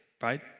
right